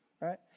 right